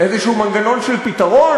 מנגנון כלשהו של פתרון.